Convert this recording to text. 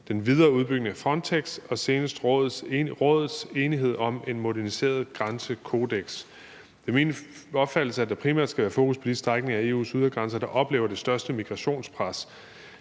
den videre udbygning af Frontex og senest Rådets enighed om en moderniseret grænsekodeks. Det er min opfattelse, at der primært skal være fokus på de strækninger af EU's ydre grænser, der oplever det største migrationspres,